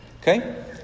Okay